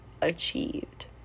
achieved